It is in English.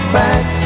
back